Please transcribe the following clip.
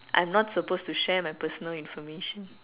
I'm not supposed to share my personal information